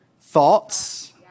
thoughts